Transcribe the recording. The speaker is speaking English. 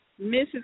Mrs